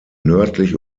nördlich